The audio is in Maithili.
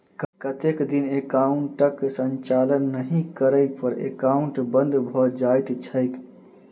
कतेक दिन एकाउंटक संचालन नहि करै पर एकाउन्ट बन्द भऽ जाइत छैक?